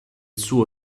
suo